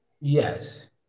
Yes